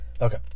Okay